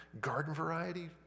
garden-variety